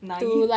naive